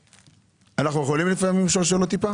אנחנו יכולים לפעמים לשאול שאלות?